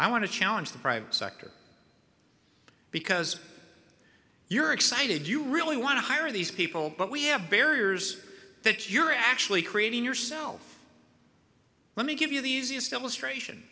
i want to challenge the private sector because you're excited you really want to hire these people but we have barriers that you're actually creating yourself let me give you the easiest illustration